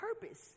purpose